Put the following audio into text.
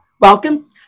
Welcome